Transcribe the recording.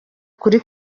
kuri